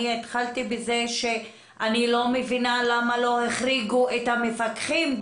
התחלתי בזה שאני לא מבינה למה לא החריגו דווקא את המפקחים.